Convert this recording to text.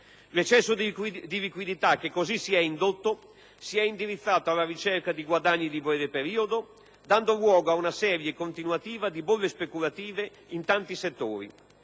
L'eccesso di liquidità che così si è indotto si è indirizzato alla ricerca di guadagni di breve periodo, dando luogo ad una serie continuativa di bolle speculative in tanti settori.